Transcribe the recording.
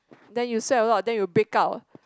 then you sweat a lot then you break out